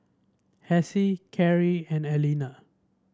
Hassie Kari and Aleena